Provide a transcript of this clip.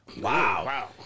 Wow